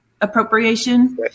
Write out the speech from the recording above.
appropriation